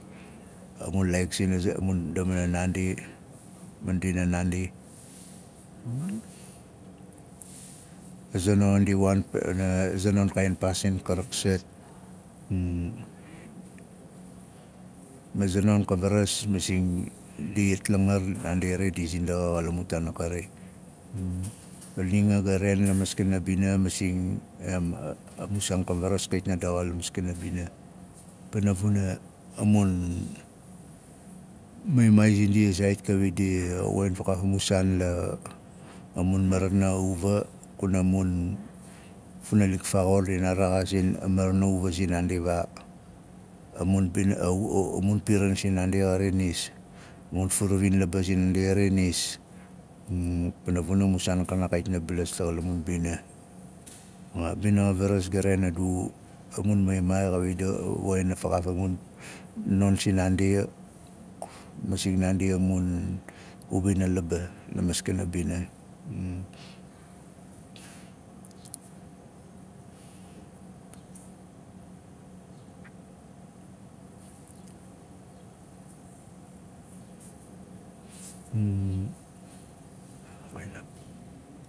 A mun laaik sindi muun ndamana a za non di a waan pana mun kaain paasin ka naksait ma za non varas masing ndi itlangar naandi ri di zindaxa xa la mu taan a kari ma ni anga ga vaain la maskana bina masing em a mu saan ka varas kait na daxa la maskana bina pana vuna a mun maimai zindia zaait kawit di a woxin fakaaf a mu saan la- a mun marana uva zinaandi vaa. A- a mun bing a- a- mun piran si naandi nis a mun furavin laba sinaandi xari nis pana vuna a mun saar a ka naan kaiting balas daxa la mun mbina ma bina xavaras ga raain a du a mun maimai xawit di a- a- woxin a vakaaav a mun non sinaandi masing naandi a mun u bina laba la maskana bina(hesiation)